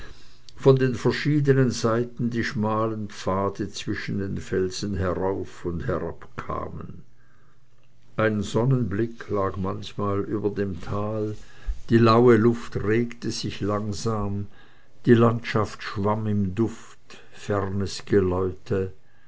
von den verschiedenen seiten die schmalen pfade zwischen den felsen herauf und herabkamen ein sonnenblick lag manchmal über dem tal die laue luft regte sich langsam die landschaft schwamm im duft fernes geläute